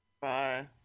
Bye